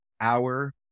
hour